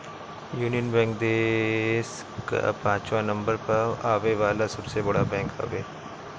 union Bank देस कअ पाचवा नंबर पअ आवे वाला सबसे बड़ बैंक हवे